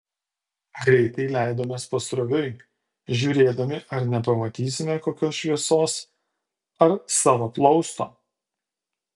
greitai leidomės pasroviui žiūrėdami ar nepamatysime kokios šviesos ar savo plausto